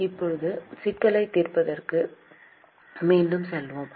இப்போது சிக்கலைத் தீர்ப்பதற்கு மீண்டும் செல்வோம்